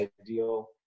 ideal